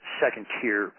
second-tier